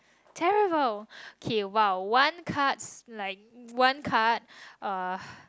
terrible K !wow! one cards like one card uh